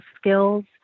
skills